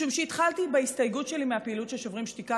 משום שהתחלתי בהסתייגות שלי מהפעילות של שוברים שתיקה.